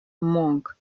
monk